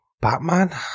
Batman